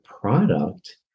product